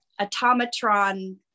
automatron